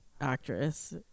actress